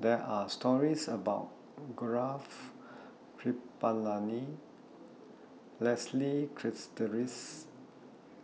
There Are stories about Gaurav Kripalani Leslie Charteris